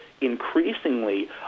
increasingly